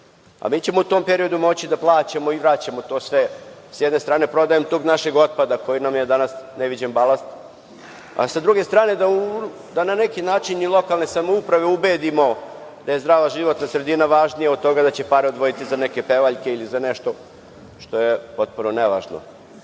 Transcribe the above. A mi ćemo u tom periodu moći da plaćamo i vraćamo to sve, s jedne strane prodajom tog našeg otpada koji nam je danas neviđen balans, a sa druge strane da na neki način i lokalne samouprave ubedimo da je zdrava životna sredina važnija od toga da će pare odvojiti za neke pevaljke ili za nešto što je potpuno nevažno. Na